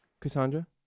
Cassandra